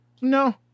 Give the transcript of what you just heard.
No